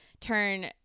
turn